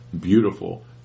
beautiful